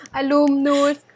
alumnus